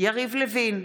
יריב לוין,